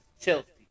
Chelsea